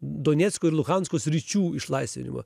donecko ir luhansko sričių išlaisvinimą